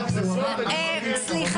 בהצעות החוק שעברו במליאה לשם הכנתן לקריאה